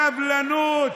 סבלנות,